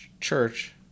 Church